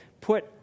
put